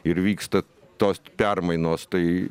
ir vyksta tos permainos tai